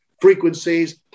frequencies